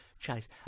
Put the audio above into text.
Chase